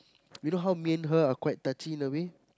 you know how main her are quite touchy in a way